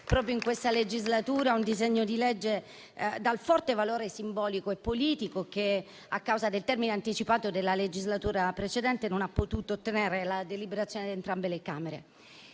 proprio in questa legislatura un disegno di legge dal forte valore simbolico e politico che, a causa del termine anticipato della legislatura precedente, non ha potuto ottenere la deliberazione di entrambe le Camere.